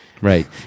Right